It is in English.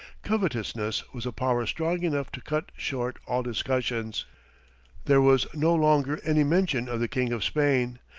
covetousness was a power strong enough to cut short all discussions there was no longer any mention of the king of spain,